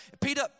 Peter